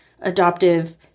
adoptive